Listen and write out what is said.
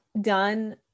done